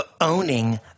owning